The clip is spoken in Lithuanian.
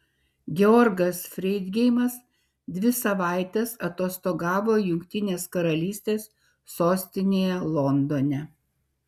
georgas freidgeimas dvi savaites atostogavo jungtinės karalystės sostinėje londone